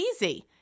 easy